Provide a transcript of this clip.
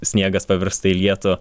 sniegas pavirsta į lietų